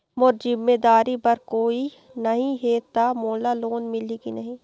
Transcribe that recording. मोर जिम्मेदारी बर कोई नहीं हे त मोला लोन मिलही की नहीं?